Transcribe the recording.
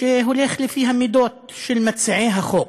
שהולך לפי המידות של מציעי החוק.